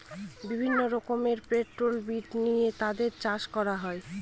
বিভিন্ন রকমের poultry breed নিয়ে তাদের চাষ করা হয়